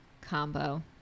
combo